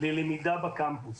ללמידה בקמפוס.